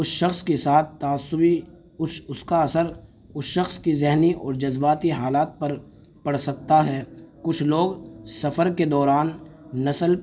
اس شخص کے ساتھ تعصباتی اس اس کا اثر اس شخص کی ذہنی اور جذباتی حالات پر پڑ سکتا ہے کچھ لوگ سفر کے دوران نسل